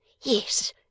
Yes